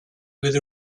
with